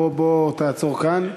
בוא תעצור כאן,